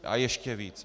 A ještě víc.